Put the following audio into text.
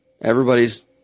Everybody's